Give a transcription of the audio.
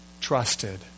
trusted